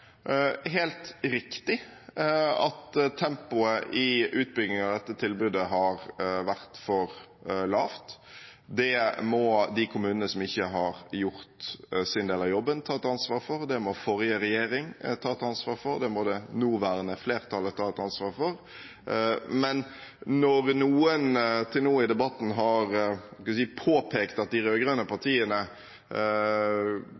helt riktig at tempoet i utbyggingen av dette tilbudet har vært for lavt. Det må de kommunene som ikke har gjort sin del av jobben, ta et ansvar for, og det må forrige regjering ta et ansvar for. Det må det nåværende flertallet ta et ansvar for. Men når noen til nå i debatten har påpekt at de rød-grønne partiene